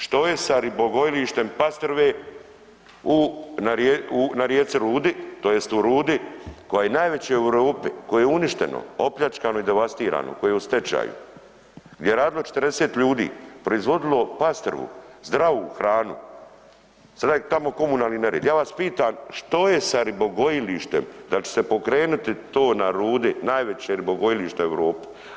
Što je sa ribogojilištem pastrve u, na rijeci, u, na rijeci Rudi tj. u Rudi koje je najveće u Europi koje je uništeno, opljačkano i devastirano, koje je u stečaju, gdje je radilo 40 ljudi, proizvodilo pastrvu, zdravu hranu, sad je tamo komunalni nered, ja vas pitam što je sa ribogojilištem, dal će se pokrenuti to na Rudi, najveće ribogojilište u Europi?